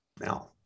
now